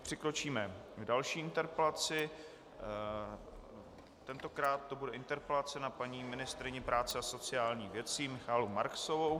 Přikročíme k další interpelaci, tentokrát to bude interpelace na paní ministryni práce a sociálních věcí Michaelu Marksovou.